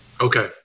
Okay